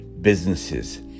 businesses